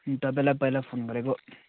तपाईँलाई पहिला फोन गरेको